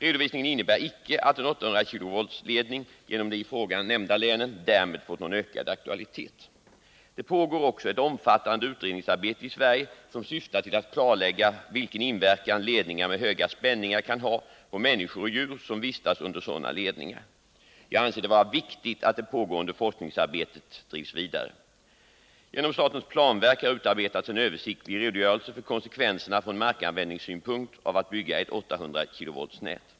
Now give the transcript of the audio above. Redovisningen innebär icke att en 800 kV-ledning genom de i frågan nämnda länen därmed fått någon ökad aktualitet. Det pågår också ett omfattande utredningsarbete i Sverige som syftar till att klarlägga vilken inverkan ledningar med höga spänningar kan ha på människor och djur som vistas under sådana ledningar. Jag anser det vara viktigt att det pågående forskningsarbetet drivs vidare. Genom statens planverk har utarbetats en översiktlig redogörelse för konsekvenserna från markanvändningssynpunkt av att bygga ett 800 kV-nät.